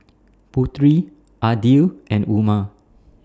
Putri Aidil and Umar